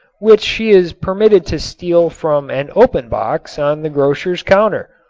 which she is permitted to steal from an open box on the grocer's counter.